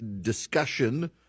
discussion